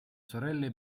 sorelle